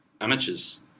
amateurs